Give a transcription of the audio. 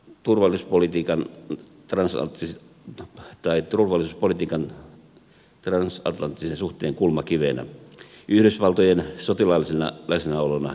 turvallispolitiikan voimakkaammin natoa turvallisuuspolitiikan transatlanttisen suhteen kulmakivenä yhdysvaltojen sotilaallisena läsnäolona euroopassa